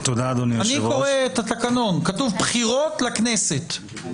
אני קורא את התקנון, כתוב "בחירות לכנסת".